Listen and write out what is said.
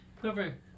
whoever